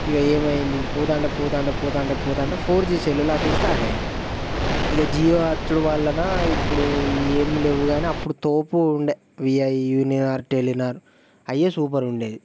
ఇగ ఏమైంది పోతుంటే పోతుంటే పోతుంటే పోతుంటే ఫోర్ జీ సెల్లులు వచ్చుడు స్టార్ట్ అయ్యింది ఇక జియో వచ్చుడు వల్లన ఇప్పుడు ఏమి లెవ్వు కానీ అప్పుడు తోపు ఉండే విఐ యూనినార్ టెలినార్ అయ్యే సూపర్ ఉండేది